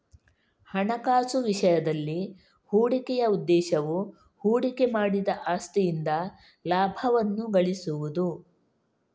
ಹಣಕಾಸು ವಿಷಯದಲ್ಲಿ, ಹೂಡಿಕೆಯ ಉದ್ದೇಶವು ಹೂಡಿಕೆ ಮಾಡಿದ ಆಸ್ತಿಯಿಂದ ಲಾಭವನ್ನು ಗಳಿಸುವುದು